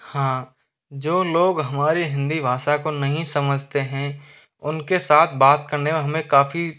हाँ जो लोग हमारी हिंदी भाषा को नहीं समझते हैं उनके साथ बात करने में हमें काफ़ी